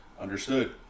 understood